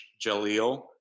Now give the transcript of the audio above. Jaleel